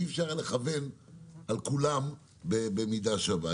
אי אפשר היה לכוון על כולם במידה שווה.